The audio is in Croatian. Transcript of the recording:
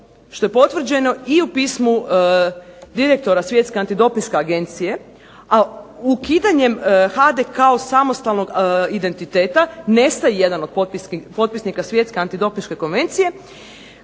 što je potvrđeno i u pismu direktora Svjetske antidopinške agencije, a ukidanjem HADA-e kao samostalnog identiteta nestaje jedan od potpisnika Svjetske antidopinške konvencije